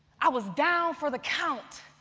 i was down for the count.